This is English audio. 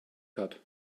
cut